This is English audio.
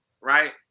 right